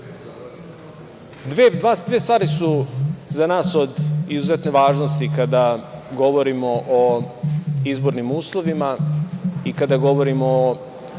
Dve stvari su za nas od izuzetne važnosti kada govorimo o izbornim uslovim i kada govorimo o